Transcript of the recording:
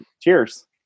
Cheers